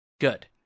Good